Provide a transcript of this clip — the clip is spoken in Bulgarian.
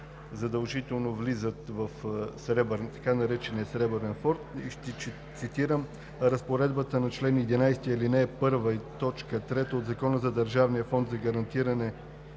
задължително влизат в така наречения Сребърен фонд и ще цитирам разпоредбата на чл. 11, ал. 1, т. 3 от Закона за държавния фонд за гарантиране